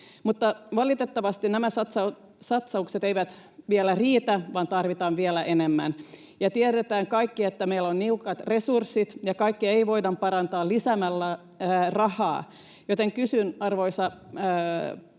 Mutta valitettavasti nämä satsaukset eivät vielä riitä, vaan tarvitaan vielä enemmän. Me kaikki tiedetään, että meillä on tiukat resurssit ja kaikkea ei voida parantaa lisäämällä rahaa, joten kysyn, arvoisa puhemies,